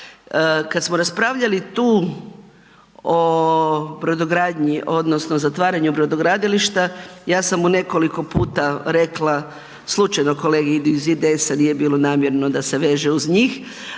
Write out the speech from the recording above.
tu o brodogradnji odnosno zatvaranju brodogradilišta, ja sam u nekoliko puta rekla slučajno kolegi iz IDS-a, nije bilo namjerno da se veže uz njih,